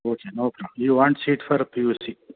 okay no problem you want seat for P U C